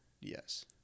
Yes